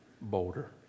bolder